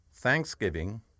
thanksgiving